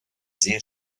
sehr